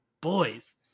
boys